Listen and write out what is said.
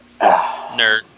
Nerd